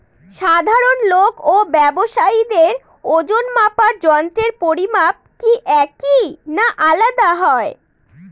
সাধারণ লোক ও ব্যাবসায়ীদের ওজনমাপার যন্ত্রের পরিমাপ কি একই না আলাদা হয়?